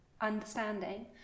understanding